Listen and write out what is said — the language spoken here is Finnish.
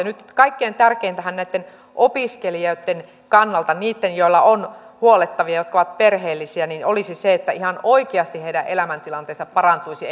nyt kaikkein tärkeintähän näitten opiskelijoitten kannalta niitten joilla on huollettavia ja jotka ovat perheellisiä olisi se että ihan oikeasti heidän elämäntilanteensa parantuisi